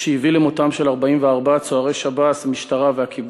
שהביא למותם של 44 צוערי השב"ס, המשטרה והכיבוי.